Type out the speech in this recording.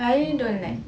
I really don't like